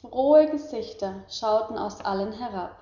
frohe gesichter schauten aus allen herab